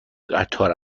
قطار